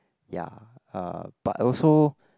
ya uh but also